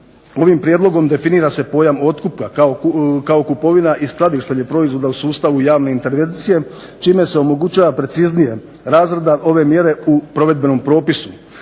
ovim prijedlogom definira se pojam otkupa kao kupovina i skladištenje proizvoda u sustavu javne intervencije čime se omogućava preciznija razrada ove mjere u provedbenom propisu